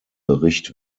bericht